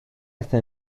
esta